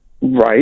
Right